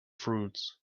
fruits